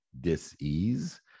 dis-ease